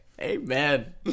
Amen